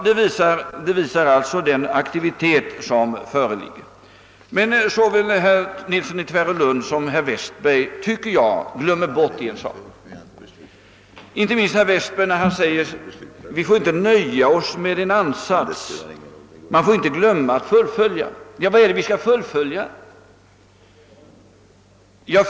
Det visar vilken aktivitet som föreligger. Såväl herr Nilsson i Tvärålund som herr Westberg glömmer enligt min mening en sak, inte minst herr Westberg när han säger: Vi får inte nöja oss med en ansats; vi måste också fullfölja. Vad är det vi skall fullfölja?